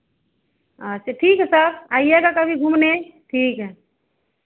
अच्छा ठीक है सर आइएगा कभी घूमने ठीक है